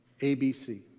ABC